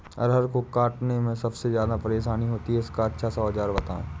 अरहर को काटने में सबसे ज्यादा परेशानी होती है इसका अच्छा सा औजार बताएं?